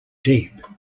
deep